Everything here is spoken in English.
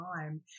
time